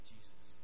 Jesus